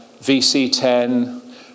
VC-10